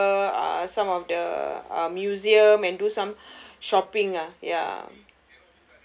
tower uh some of the uh museum and do some shopping ah ya